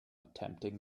attempting